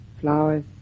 flowers